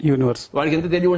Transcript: Universe